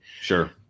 Sure